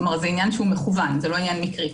כלומר זה עניין מכוון ולא מקרי.